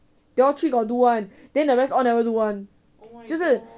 they all three got do [one] then the rest all never do [one]